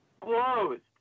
closed